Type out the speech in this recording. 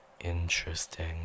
interesting